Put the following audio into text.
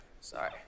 Sorry